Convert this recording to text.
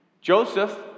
Joseph